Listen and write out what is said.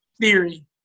theory